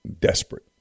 Desperate